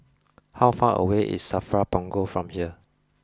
how far away is Safra Punggol from here